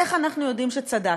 איך אנחנו יודעים שצדקנו?